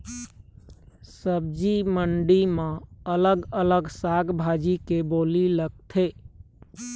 सब्जी मंडी म अलग अलग साग भाजी के बोली लगथे